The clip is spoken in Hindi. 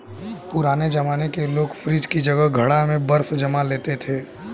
पुराने जमाने में लोग फ्रिज की जगह घड़ा में बर्फ जमा लेते थे